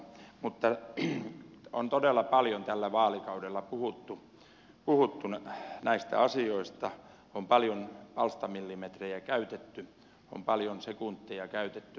mutta on todella paljon tällä vaalikaudella puhuttu näistä asioista on paljon palstamillimetrejä käytetty on paljon sekunteja käytetty mediassa